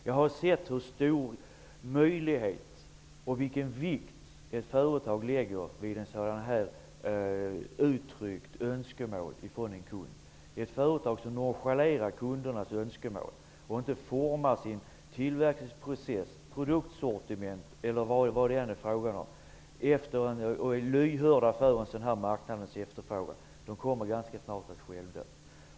Jag har sett vilken vikt ett företag lägger vid ett uttryckt önskemål från en kund. Ett företag som nonchalerar kundernas önskemål och inte formar sin tillverkningsprocess, sitt produktsortiment eller vad det nu är frågan om genom att vara lyhörda för marknadens efterfrågan kommer ganska snart att självdö.